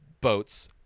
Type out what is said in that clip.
boats